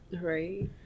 right